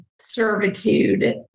servitude